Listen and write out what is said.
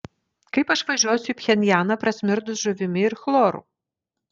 kaip aš važiuosiu į pchenjaną prasmirdus žuvimi ir chloru